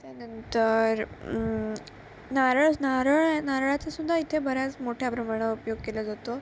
त्यानंतर नारळ नारळ आहे नारळाचा सुद्धा इथे बऱ्याच मोठ्या प्रमाणावर उपयोग केला जातो